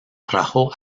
trajo